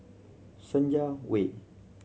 Senja Way